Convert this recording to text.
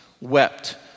wept